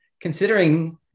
considering